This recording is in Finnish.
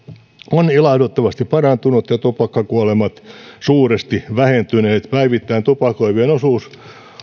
on ilahduttavasti parantunut ja tupakkakuolemat suuresti vähentyneet päivittäin tupakoivien osuus